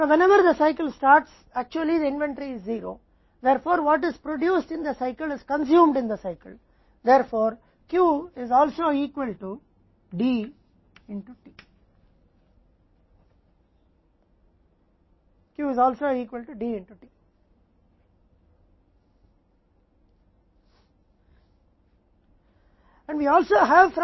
इसलिए जब भी चक्र वास्तव में शुरू होता है तो इन्वेंट्री 0 होता है इसलिए चक्र में उत्पन्न होने वाली चीज को चक्र में खपत किया जाता है